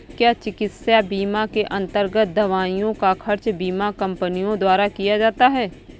क्या चिकित्सा बीमा के अन्तर्गत दवाइयों का खर्च बीमा कंपनियों द्वारा दिया जाता है?